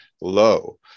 low